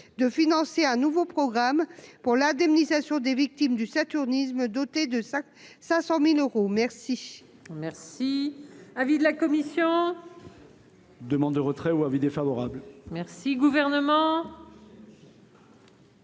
de financer un nouveau programme pour l'indemnisation des victimes du saturnisme dotés de sacs 500000 euros merci.